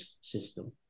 system